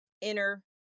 inner